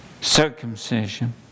Circumcision